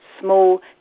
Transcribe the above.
small